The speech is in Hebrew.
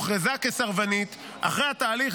כסרבנית אחרי התהליך,